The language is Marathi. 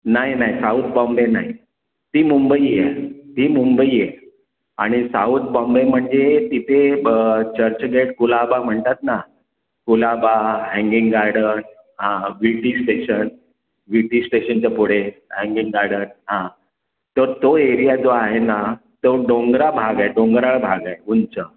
नाही नाही साऊथ बॉम्बे नाही ती मुंबई आहे ती मुंबई आहे आणि साऊथ बॉम्बे म्हणजे तिथे ब चर्चगेट कुलाबा म्हणतात ना कुलाबा हँगिंग गार्डन हां हां V T station V T स्टेशनच्या पुढे हँगिंग गार्डन हां तर तो एरिया जो आहे ना तो डोंगरा भाग आहे डोंगराळ भाग आहे उंच